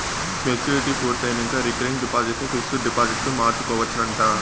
maturity పూర్తయినంక recurring deposit ని fixed డిపాజిట్గ మార్చుకోవచ్చునంట